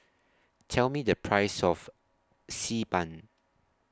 Tell Me The Price of Xi Ban